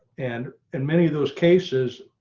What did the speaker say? and in many of those cases,